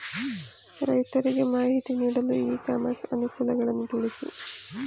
ರೈತರಿಗೆ ಮಾಹಿತಿ ನೀಡಲು ಇ ಕಾಮರ್ಸ್ ಅನುಕೂಲಗಳನ್ನು ತಿಳಿಸಿ?